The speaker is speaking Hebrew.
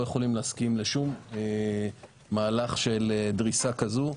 יכולים להסכים לשום מהלך של דריסה כזו.